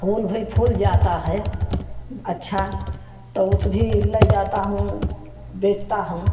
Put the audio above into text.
फूल भी फूल जाता है अच्छा तो उस भी लइ जाता हूँ बेचता हूँ